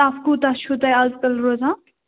تپھ کوٗتاہ چھُو تۄہہِ اَزکل روزان